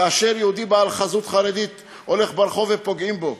כאשר יהודי בעל חזות חרדית הולך ברחוב ופוגעים בו,